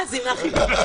אה, זה ימנע חיכוכים.